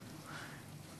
ואיומה.